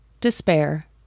despair